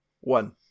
One